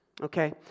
Okay